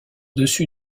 dessus